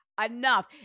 enough